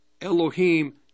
Elohim